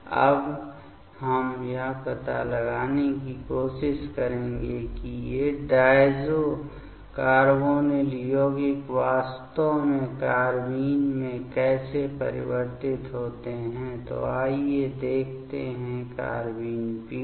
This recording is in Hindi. अब हम यह पता लगाने की कोशिश करेंगे कि ये डायज़ो कार्बोनिल यौगिक वास्तव में कार्बाइन में कैसे परिवर्तित होते हैं तो आइए देखते हैं कार्बाइन पीढ़ी